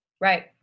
Right